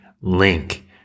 link